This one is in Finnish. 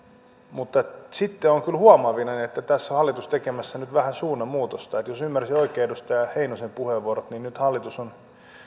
mutta sitten olen kyllä huomaavinani että tässä hallitus on tekemässä nyt vähän suunnanmuutosta jos ymmärsin oikein edustaja heinosen puheenvuorot niin nyt hallitus on